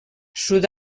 sud